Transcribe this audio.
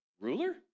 ruler